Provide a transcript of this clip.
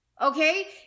Okay